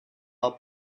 are